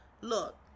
Look